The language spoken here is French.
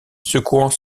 secouant